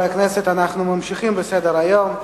נמנעים,